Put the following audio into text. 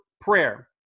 prayer